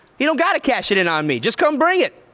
he don't gotta cash it in on me. just come bring it.